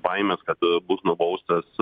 baimės kad bus nubaustas